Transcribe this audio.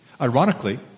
Ironically